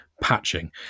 patching